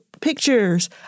pictures